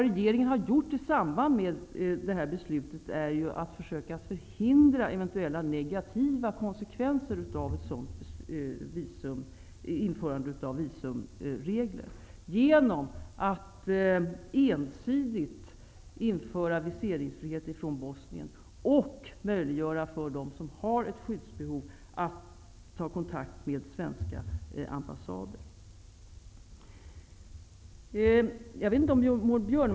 Regeringen har i samband med detta beslut försökt förhindra eventuella negativa konsekvenser av visumtvång genom att ensidigt införa viseringsfrihet från Bosnien och möjliggöra för dem som har ett skyddsbehov att ta kontakt med svenska ambassader.